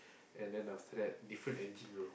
and then after that different engine roll